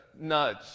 nudge